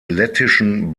lettischen